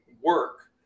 work